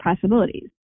possibilities